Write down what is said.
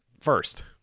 first